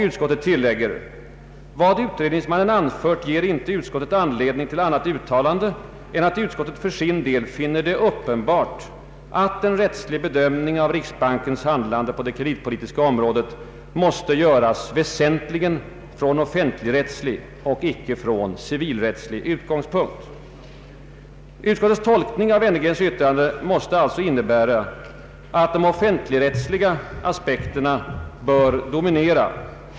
Utskottet tillägger: ”Vad utredningsmannen anfört ger inte utskottet anledning till annat uttalande än att utskottet för sin del finner det uppenbart att en rättslig bedömning av riksbankens handlande på det kreditpoli tiska området måste göras väsentligen från offentligrättslig och icke från civilrättslig utgångspunkt.” Utskottets tolkning av Wennergrens yttrande måste alltså innebära att de offentligrättsliga aspekterna bör dominera.